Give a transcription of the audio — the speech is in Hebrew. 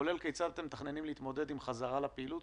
כולל כיצד אתם מתכננים להתמודד עם חזרה לפעילות